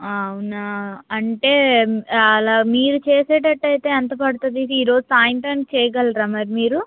ఆ అవునా అంటే అలా మీరు చేసేటట్టు అయితే ఎంత పడుతుంది ఈరోజు సాయంత్రానికి చేయగలరా మరి మీరు